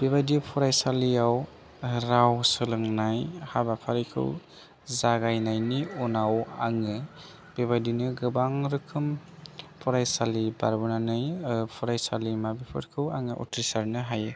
बेबायदि फरायसालियाव राव सोलोंनाय हाबाफारिखौ जागायनायनि उनाव आङो बेबायदिनो गोबां रोखोम फरायसालि बारबोनानै फरायसालिमाफोरखौ आङो उथ्रिसारनो हायो